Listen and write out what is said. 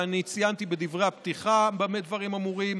ואני ציינתי בדברי הפתיחה במה דברים אמורים.